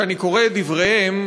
כשאני קורא את דבריהם,